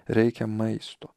reikia maisto